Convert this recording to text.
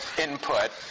input